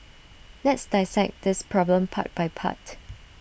let's dissect this problem part by part